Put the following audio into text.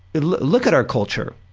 look at our culture.